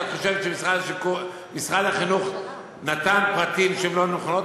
ואת חושבת שמשרד החינוך נתן פרטים שהם לא נכונים,